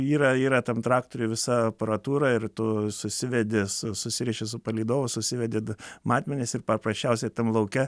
yra yra tam traktoriuj visa aparatūra ir tu susivedi su susiriši su palydovu susivedi matmenis ir paprasčiausiai tam lauke